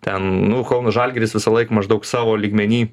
ten nu kauno žalgiris visąlaik maždaug savo lygmeny